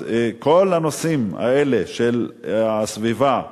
אז כל הנושאים האלה של הסביבה,